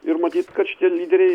ir matyt kad šitie lyderiai